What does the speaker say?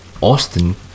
Austin